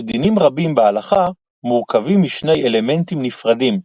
שדינים רבים בהלכה מורכבים משני אלמנטים נפרדים,